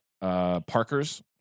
Parker's